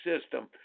system